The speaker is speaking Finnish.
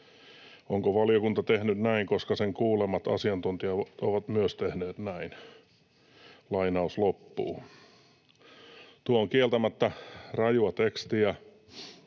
Onko valiokunta tehnyt näin, koska sen kuulemat asiantuntijat ovat myös tehneet näin?” Tuo on kieltämättä rajua tekstiä.